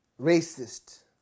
racist